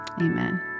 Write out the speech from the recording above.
amen